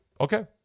Okay